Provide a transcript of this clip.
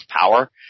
power